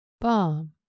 Bomb